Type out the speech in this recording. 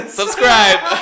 subscribe